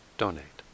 donate